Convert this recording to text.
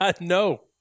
No